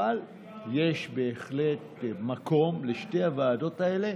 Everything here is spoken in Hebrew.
אבל יש בהחלט מקום לשתי הוועדות האלה,